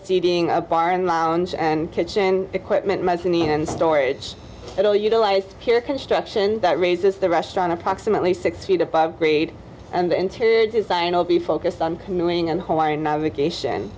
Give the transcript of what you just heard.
seating a bar and lounge and kitchen equipment most in the end storage it will utilize here construction that raises the restaurant approximately six feet above grade and the interior design will be focused on canoeing and hallway navigation